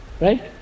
Right